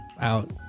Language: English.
out